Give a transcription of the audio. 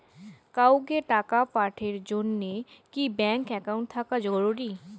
কাউকে টাকা পাঠের জন্যে কি ব্যাংক একাউন্ট থাকা জরুরি?